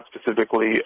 specifically